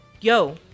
yo